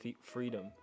freedom